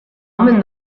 omen